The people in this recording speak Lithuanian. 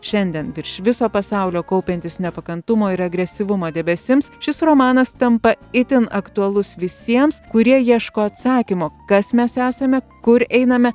šiandien virš viso pasaulio kaupiantis nepakantumo ir agresyvumo debesims šis romanas tampa itin aktualus visiems kurie ieško atsakymo kas mes esame kur einame